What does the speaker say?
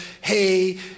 hey